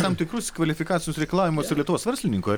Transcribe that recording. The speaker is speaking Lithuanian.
tam tikrus kvalifikacinius reikalavimus ir lietuvos verslininko